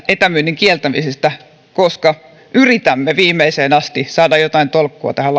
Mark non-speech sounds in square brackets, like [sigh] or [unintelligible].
etämyynnin kieltämisestä koska yritämme viimeiseen asti saada jotain tolkkua tähän [unintelligible]